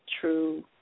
true